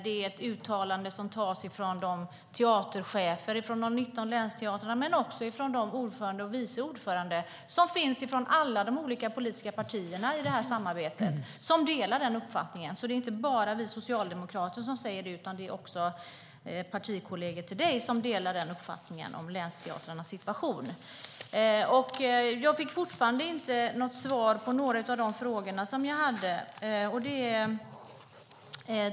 Det är ett uttalande som tas från teatercheferna från de 19 länsteatrarna men också från de ordförande och vice ordförande som finns från alla de olika politiska partierna i det här samarbetet, som delar den här uppfattningen. Det är alltså inte bara vi socialdemokrater som säger detta, utan det är också partikolleger till dig som delar den uppfattningen om länsteatrarnas situation. Jag har fortfarande inte fått något svar på de frågor som jag hade.